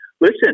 Listen